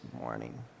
morning